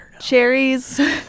cherries